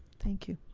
thank you